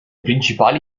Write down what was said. principali